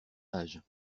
âge